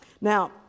Now